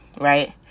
Right